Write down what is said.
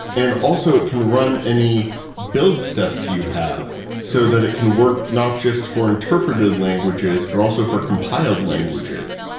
and also, it can run any build steps you have so that it can work, not just for interpreted languages, but also for compiled languages.